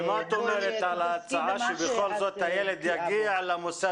בואי -- ומה את אומרת על ההצעה שבכל זאת יגיע למוסד